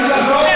אני אגיד לך,